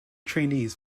trainees